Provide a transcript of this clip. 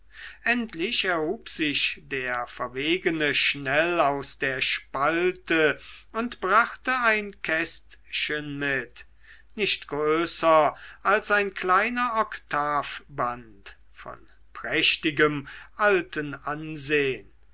endlich erhub sich der verwegene schnell aus der spalte und brachte ein kästchen mit nicht größer als ein kleiner oktavband von prächtigem altem ansehn